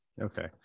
Okay